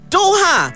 Doha